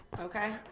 Okay